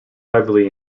heavily